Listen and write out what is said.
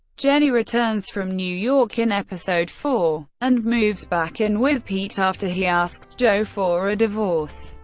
jenny returns from new york in episode four and moves back in with pete after he asks jo for a divorce.